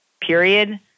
period